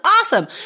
awesome